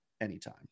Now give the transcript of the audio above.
anytime